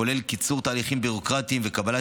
הכולל קיצור תהליכים ביורוקרטיים וקבלת